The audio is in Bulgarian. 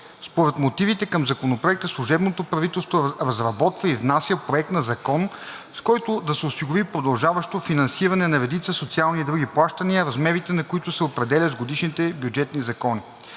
Според мотивите към Законопроекта служебното правителство разработва и внася проект на закон, с който да се осигури продължаващо финансиране на редица социални и други плащания, размерите на които се определят с годишните бюджетни закони.